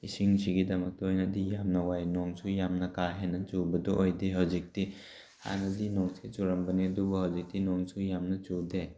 ꯏꯁꯤꯡꯁꯤꯒꯤꯗꯃꯛꯇ ꯑꯣꯏꯅꯗꯤ ꯌꯥꯝꯅ ꯋꯥꯏ ꯅꯣꯡꯁꯨ ꯌꯥꯝ ꯀꯥꯍꯦꯟꯅ ꯆꯨꯕꯗꯣ ꯑꯣꯏꯗꯦ ꯍꯧꯖꯤꯛꯇꯤ ꯍꯥꯟꯅꯗꯤ ꯅꯣꯡꯁꯤ ꯆꯨꯔꯝꯕꯅꯤ ꯑꯗꯨꯕꯨ ꯍꯧꯖꯤꯛꯇꯤ ꯅꯣꯡꯁꯨ ꯌꯥꯝꯅ ꯆꯨꯗꯦ